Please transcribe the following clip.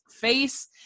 face